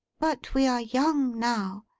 but we are young now,